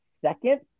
second